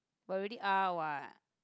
we already are what